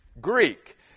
Greek